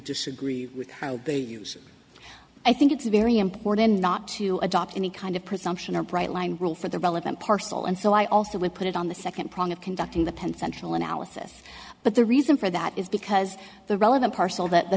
disagree with how they use i think it's very important not to adopt any kind of presumption or bright line rule for the relevant parcel and so i also would put it on the second prong of conducting the pencil analysis but the reason for that is because the relevant parcel that the